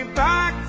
back